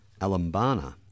Alambana